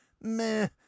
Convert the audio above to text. meh